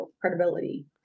credibility